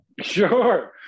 Sure